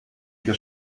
liga